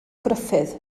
gruffudd